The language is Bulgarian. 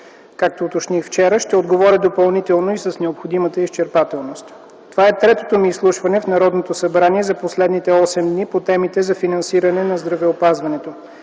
както уточних вчера, ще отговоря допълнително и с необходимата изчерпателност. Това е третото ми изслушване в Народното събрание за последните осем дни по темите за финансирането на здравеопазването.